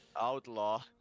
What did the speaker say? Outlaw